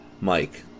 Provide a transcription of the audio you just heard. Mike